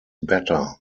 better